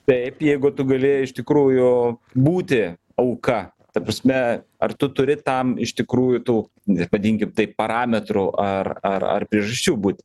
taip jeigu tu gali iš tikrųjų būti auka ta prasme ar tu turi tam iš tikrųjų tų vadinkim tai parametrų ar ar priežasčių būti